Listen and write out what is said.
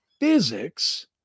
physics